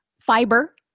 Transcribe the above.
fiber